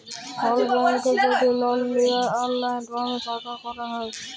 call ব্যাংকে যদি লল লিয়ার অললাইল ভাবে পার্থলা ক্যরা হ্যয়